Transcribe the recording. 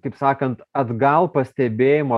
kaip sakant atgal pastebėjimo